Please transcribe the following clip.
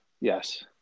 Yes